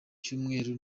cyumweru